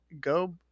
go